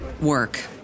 work